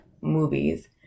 movies